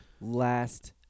last